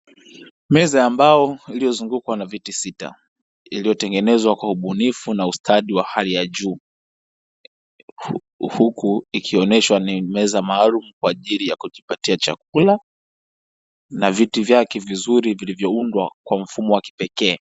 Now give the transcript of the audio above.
Meza ya mbao iliyozungukwa na viti sita iliyotengenezwa kwa ubunifu na ustadi wa hali ya juu, huku ikioneshwa ni meza maalumu kwa ajili ya kujipatia chakula na viti vyake vizuri vilivyoundwa kwa mfumo wa kipekee.